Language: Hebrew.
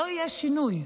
לא יהיה שינוי.